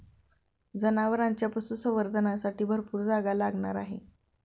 जनावरांच्या पशुसंवर्धनासाठी भरपूर जागा लागणार आहे